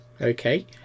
Okay